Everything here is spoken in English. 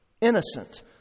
innocent